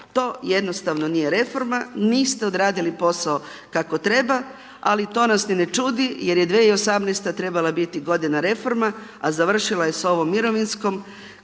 To jednostavno nije reforma, niste odradili posao kako treba, ali to nas ni ne čudi, jer je 2018. trebala biti godina reforma, a završila je s ovom mirovinskom, koja